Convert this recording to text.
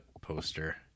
poster